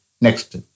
Next